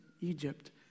Egypt